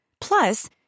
Plus